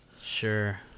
Sure